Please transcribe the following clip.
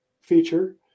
feature